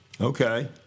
Okay